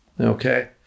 Okay